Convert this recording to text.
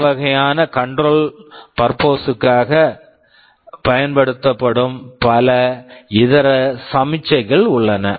இந்த வகையான control purposes control purposes க்காக பயன்படுத்தப்படும் பல இதர சமிக்ஞைகள் உள்ளன